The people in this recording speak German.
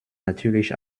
natürlich